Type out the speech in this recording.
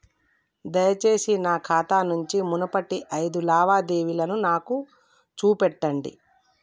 దయచేసి నా ఖాతా నుంచి మునుపటి ఐదు లావాదేవీలను నాకు చూపెట్టండి